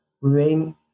remain